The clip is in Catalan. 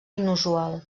inusual